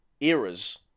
Eras